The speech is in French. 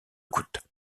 coûte